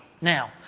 Now